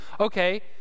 okay